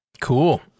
Cool